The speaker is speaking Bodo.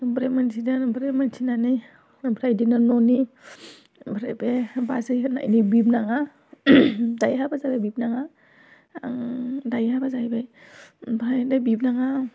ओमफ्राय मोनथिनानै ओमफ्राय मोनथिनानै ओमफ्राय बिदिनो न'नि ओमफ्राय बे बाजै होन्नायनि बिबोनाङा दायो हाबा जाबाय बिबोनाङा आं दायो हाबा जाहैबाय ओमफाय दा बिबोनाङा